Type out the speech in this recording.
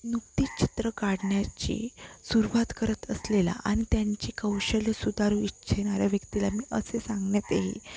नुकती चित्र काढण्याची सुरवात करत असलेला आणि त्यांची कौशल्यं सुधारू इच्छिणाऱ्या व्यक्तीला मी असे सांगण्यात येईल